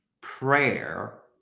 prayer